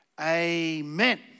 amen